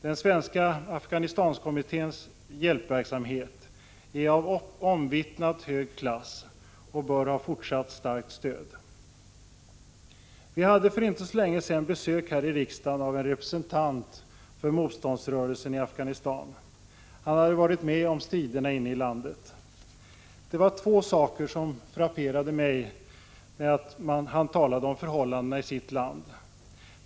Den svenska Afghanistankommitténs hjälpverksamhet är av omvittnat hög klass och bör ha fortsatt starkt stöd. Vi hade för inte så länge sedan besök här i riksdagen av en representant för motståndsrörelsen i Afghanistan. Han hade varit med om striderna inne i landet. Det var två saker som frapperade mig när han talade om förhållandena i sitt land.